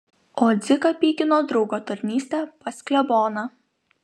o dziką pykino draugo tarnystė pas kleboną